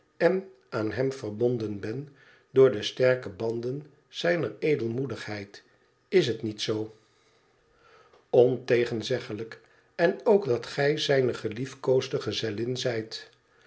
en aan hem verbonden ben door de sterke banden zijner edelmoedigheid is het niet zoo ontegenzeglijk en ook dat gij zijne geliefkoosde gezellin zijt